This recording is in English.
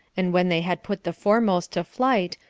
and when they had put the foremost to flight,